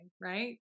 right